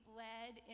led